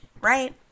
Right